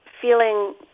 feeling